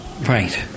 Right